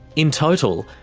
in total,